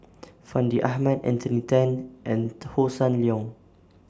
Fandi Ahmad Anthony Then and Hossan Leong